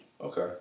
Okay